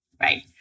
right